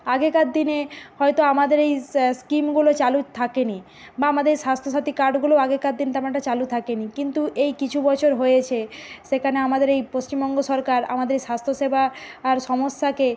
আগেকার দিনে হয়তো আমাদের এই স্কিম গুলো চালু থাকেনি বা আমাদের স্বাস্থ্যসাথী কার্ডগুলো আগেকার দিনে তেমন একটা চালু থাকেনি কিন্তু এই কিছু বছর হয়েছে সেখানে আমাদের এই পশ্চিমবঙ্গ সরকার আমদের এই স্বাস্থ্যসেবার আর সমস্যাকে